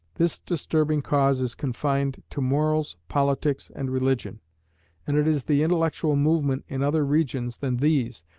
this disturbing cause is confined to morals, politics, and religion and it is the intellectual movement in other regions than these,